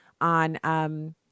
on –